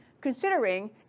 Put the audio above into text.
considering